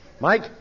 Mike